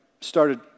started